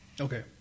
Okay